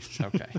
Okay